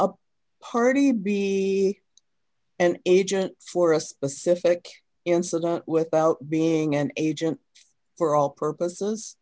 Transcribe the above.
party be an agent for a specific incident without being an agent for all purposes